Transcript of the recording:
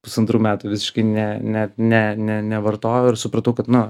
pusantrų metų visiškai ne net ne ne nevartojau ir supratau kad na